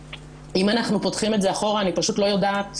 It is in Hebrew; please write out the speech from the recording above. אם אנחנו פותחים את זה אחורה אני פשוט לא יודעת.